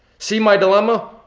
see my dilemma,